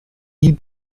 ils